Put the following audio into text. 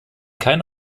keine